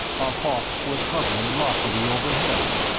a hawk was hovering loftily overhead.